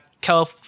Cal